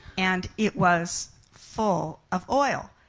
and it was full of oil.